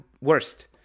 worst